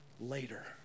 later